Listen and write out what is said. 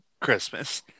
Christmas